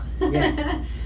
Yes